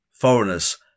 Foreigners